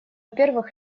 первых